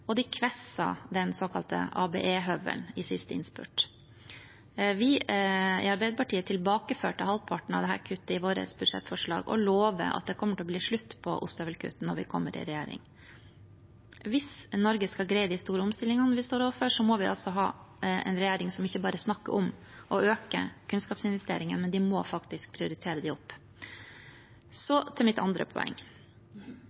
siste innspurt. Vi i Arbeiderpartiet tilbakeførte halvparten av dette kuttet i vårt budsjettforslag og lover at det kommer til å bli slutt på ostehøvelkutt når vi kommer i regjering. Hvis Norge skal greie de store omstillingene vi står overfor, må vi altså ha en regjering som ikke bare snakker om å øke kunnskapsinvesteringer, men som faktisk prioriterer dem opp. Så til mitt andre poeng: Universitets- og høyskolesektoren har gått gjennom store endringer de